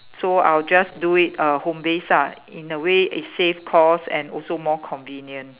so I'll just do it uh home based ah in a way it save cost and also more convenient